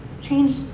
change